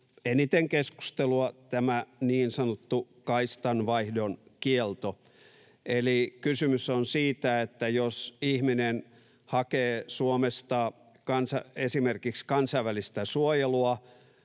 eniten keskustelua tämä niin sanottu kaistanvaihdon kielto. Eli kysymys on siitä, että jos ihminen hakee Suomesta esimerkiksi kansainvälistä suojelua,